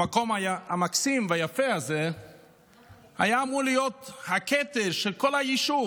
המקום המקסים והיפה הזה היה אמור להיות הכתר של כל היישוב.